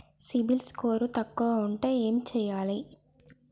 CIBIL score తక్కువ ఉంటే ఏం చేయాలి?